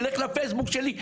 לך לפייסבוק שלי.